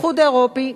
האיחוד האירופי,